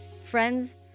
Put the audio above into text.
Friends